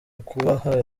ukubaha